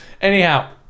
Anyhow